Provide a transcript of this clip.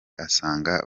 asanga